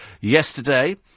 yesterday